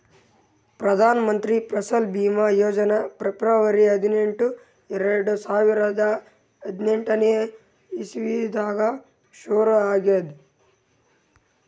Pradhan Mantri Fasal Bima Yojana February ಹದಿನೆಂಟು, ಎರಡು ಸಾವಿರದಾ ಹದಿನೆಂಟನೇ ಇಸವಿದಾಗ್ ಶುರು ಆಗ್ಯಾದ್